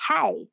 hey